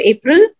April